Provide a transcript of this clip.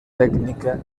tècnica